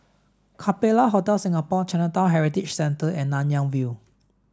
Capella Hotel Singapore Chinatown Heritage Centre and Nanyang View